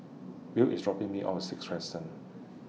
Will IS dropping Me off Sixth Crescent